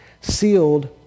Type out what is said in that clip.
sealed